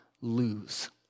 lose